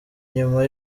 nyuma